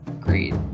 great